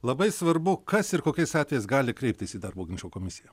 labai svarbu kas ir kokiais atvejais gali kreiptis į darbo ginčų komisiją